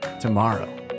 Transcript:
tomorrow